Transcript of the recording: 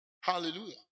Hallelujah